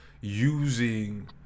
using